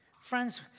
friends